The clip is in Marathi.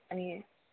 आणि